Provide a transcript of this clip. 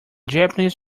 japanese